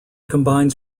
combines